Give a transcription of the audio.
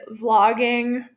vlogging –